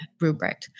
rubric